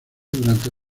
durante